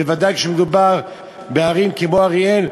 בוודאי כשמדובר בערים כמו אריאל,